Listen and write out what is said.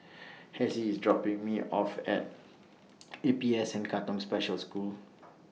Hessie IS dropping Me off At A P S N Katong Special School